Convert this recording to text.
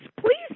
Please